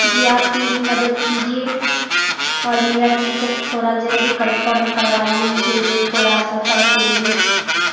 جی آپ میری مدد کیجیے اور میرا ٹکٹ تھوڑا جلدی کنفرم کروائیے مجھے لیٹ ہو رہا ہے سفر کے لیے